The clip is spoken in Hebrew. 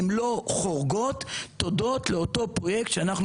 הן לא חורגות תודות לאותו פרויקט שאנחנו